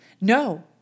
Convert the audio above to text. No